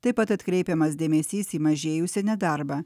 taip pat atkreipiamas dėmesys į mažėjusį nedarbą